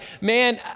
man